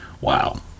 Wow